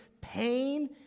pain